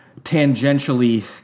tangentially